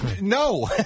No